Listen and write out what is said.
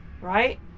right